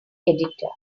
editor